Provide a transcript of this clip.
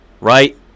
Right